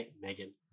Megan